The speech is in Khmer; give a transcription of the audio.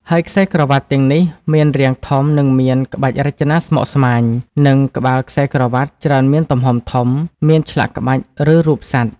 ហើយខ្សែក្រវាត់ទាំងនេះមាន រាងធំ និងមាន ក្បាច់រចនាស្មុគស្មាញ និងក្បាលខ្សែក្រវាត់ច្រើនមានទំហំធំ មានឆ្លាក់ក្បាច់ ឬរូបសត្វ។